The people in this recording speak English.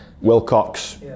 Wilcox